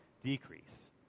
decrease